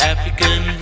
African